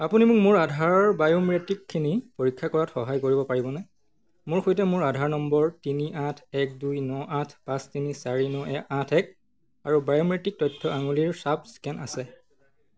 আপুনি মোক মোৰ আধাৰৰ বায়োমেট্ৰিকখিনি পৰীক্ষা কৰাত সহায় কৰিব পাৰিবনে মোৰ সৈতে মোৰ আধাৰ নম্বৰ তিনি আঠ এক দুই ন আঠ পাঁচ তিনি চাৰি ন আঠ এক আৰু বায়োমেট্ৰিক তথ্য আঙুলিৰ ছাপ স্কেন আছে